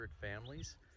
families